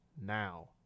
now